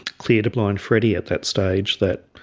clear to blind freddy at that stage that